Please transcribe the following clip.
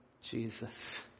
Jesus